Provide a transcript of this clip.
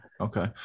Okay